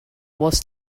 was